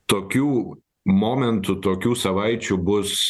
tokių momentų tokių savaičių bus